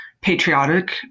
patriotic